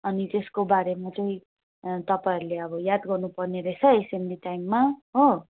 अनि त्यसको बारेमा चाहिँ तपाईँहरूले अब याद गर्नु पर्ने रहेछ एसेम्ब्ली टाइममा हो